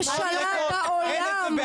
ממשלה אין ראש ממשלה עם שלושה כתבי אישום.